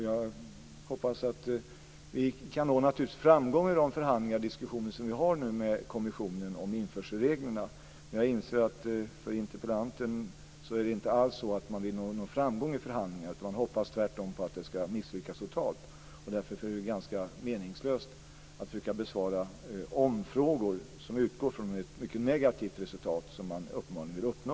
Jag hoppas naturligtvis att vi kan nå framgång i de förhandlingar och diskussioner vi nu har med kommissionen om införselreglerna. Jag inser att för interpellanten är det inte alls så att man vill nå framgång i förhandlingarna. Man hoppas tvärtom på att det ska misslyckas totalt. Därför är det ganska meningslöst att försöka besvara om-frågor som utgår från ett mycket negativt resultat som man uppenbarligen vill uppnå.